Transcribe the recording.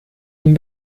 ihm